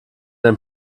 den